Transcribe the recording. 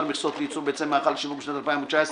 מכסות לייצור ביצי מאכל לשיווק בשנת 2019),